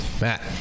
Matt